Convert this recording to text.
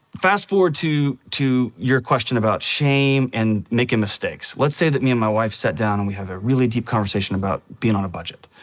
fast-forward to your your question about shame and making mistakes. let's say that me and my wife sat down, and we have a really deep conversation about being on a budget.